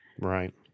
right